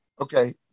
Okay